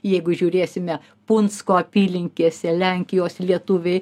jeigu žiūrėsime punsko apylinkėse lenkijos lietuviai